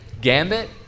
gambit